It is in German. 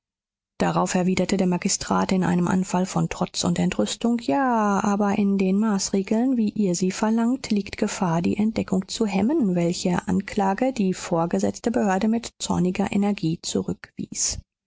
darauf erwiderte der magistrat in einem anfall von trotz und entrüstung ja aber in den maßregeln wie ihr sie verlangt liegt gefahr die entdeckung zu hemmen welche anklage die vorgesetzte behörde mit zorniger energie zurückwies